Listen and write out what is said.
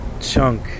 chunk